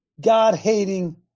God-hating